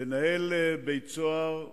לנהל בית-סוהר,